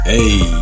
Hey